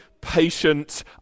patient